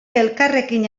elkarrekin